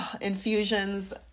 infusions